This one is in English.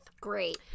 Great